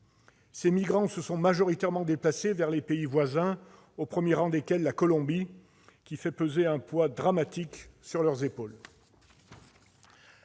Ces migrants se sont majoritairement déplacés vers les pays voisins, au premier rang desquels la Colombie, ce qui fait peser un poids dramatique sur leurs épaules.